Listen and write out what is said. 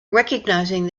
recognising